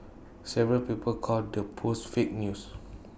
several people called the post fake news